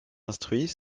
instruit